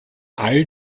all